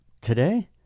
today